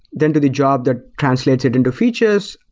then to the job that translates it into features,